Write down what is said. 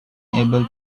able